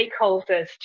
stakeholders